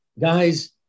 guys